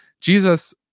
Jesus